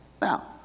Now